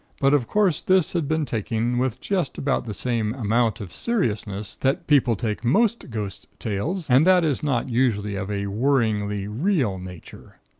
but, of course, this had been taken with just about the same amount of seriousness that people take most ghost tales, and that is not usually of a worryingly real nature.